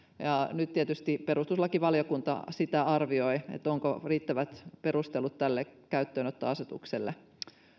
ja nyt tietysti perustuslakivaliokunta sitä arvioi onko riittävät perustelut tälle käyttöönottoasetukselle